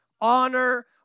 honor